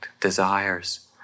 desires